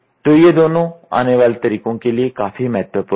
तो ये दोनों आने वाले तरीकों के लिए काफी महत्वपूर्ण हैं